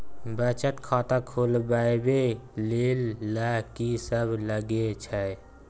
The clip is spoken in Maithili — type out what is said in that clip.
बचत खाता खोलवैबे ले ल की सब लगे छै?